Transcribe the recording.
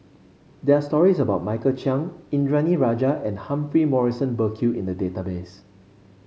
there are stories about Michael Chiang Indranee Rajah and Humphrey Morrison Burkill in the database